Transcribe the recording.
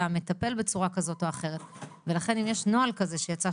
המטפל בצורה כזאת או אחרת ולכן אם יש נוהל כזה שיצא,